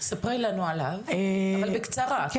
ספרי לנו עליו, אבל בקצרה, את יודעת.